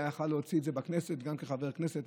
יכול היה להוציא בכנסת גם כחבר כנסת,